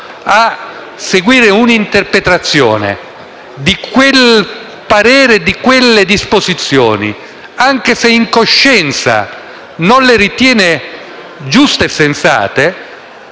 a seguire un'interpretazione di quel parere e di quelle disposizioni, anche se in coscienza non le ritiene giuste e sensate,